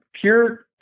pure